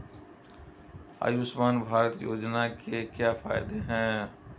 आयुष्मान भारत योजना के क्या फायदे हैं?